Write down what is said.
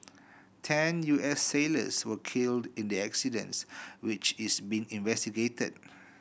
ten U S sailors were killed in the accident which is being investigated